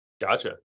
Gotcha